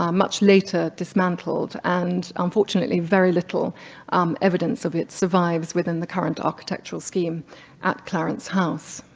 um much later dismantled and unfortunately very little evidence of it survives within the current architectural scheme at clarence house.